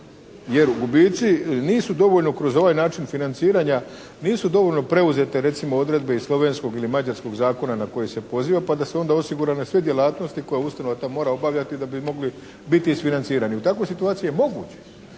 Jer gubici nisu dovoljno kroz ovaj način financiranja, nisu dovoljno preuzete recimo odredbe iz slovenskog ili mađarskog zakona na koji se poziva pa da su onda osigurane sve djelatnosti koje ustanova ta mora obavljati da bi mogli biti isfinancirani. U takvoj situaciji je moguće,